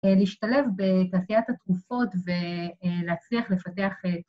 ‫להשתלב בתעשיית התרופות ‫ולהצליח לפתח את...